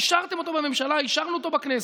אישרתם אותו בממשלה, אישרנו אותו בכנסת.